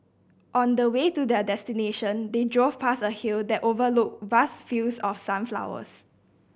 on the way to their destination they drove past a hill that overlooked vast fields of sunflowers